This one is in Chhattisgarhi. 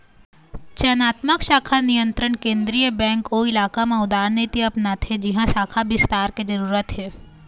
चयनात्मक शाख नियंत्रन केंद्रीय बेंक ओ इलाका म उदारनीति अपनाथे जिहाँ शाख बिस्तार के जरूरत हे